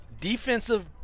defensive